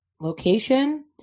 location